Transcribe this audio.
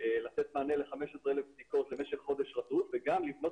לתת מענה ל-15,000 בדיקות למשך חודש רצוף וגם לבנות